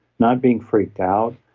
not being freaked out.